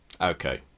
okay